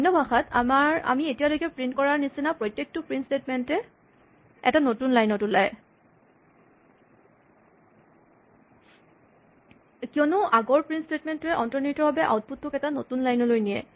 অন্য ভাষাত আমি এতিয়ালৈকে প্ৰিন্ট কৰাৰ নিচিনা প্ৰত্যেকটো প্ৰিন্ট স্টেটমেন্ট এটা নতুন লাইন ত ওলায় কিয়নো আগৰ প্ৰিন্ট স্টেটমেন্ট টোৱে অন্তনিহিতভাৱে আউটপুট টোক এটা নতুন লাইন লৈ নিয়ে